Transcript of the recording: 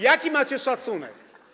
Jaki macie szacunek?